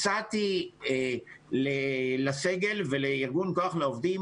הצעתי לסגל ולארגון כוח לעובדים,